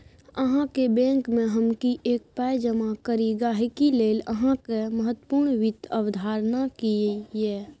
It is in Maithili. अहाँक बैंकमे हम किएक पाय जमा करी गहिंकी लेल अहाँक महत्वपूर्ण वित्त अवधारणा की यै?